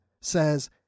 says